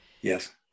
Yes